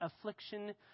affliction